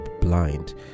blind